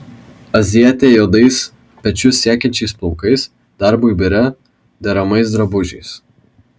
azijietė juodais pečius siekiančiais plaukais darbui biure deramais drabužiais